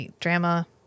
drama